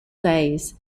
days